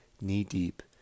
knee-deep